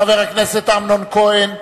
חבר הכנסת אמנון כהן,